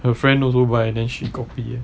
her friend also buy then she copy